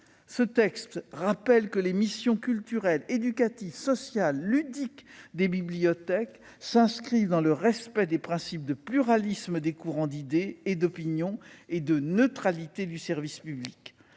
Ce texte rappelle que les missions culturelles, éducatives, sociales et ludiques des bibliothèques s'inscrivent dans le respect des principes de pluralisme des courants d'idées et d'opinions et de neutralité du service public.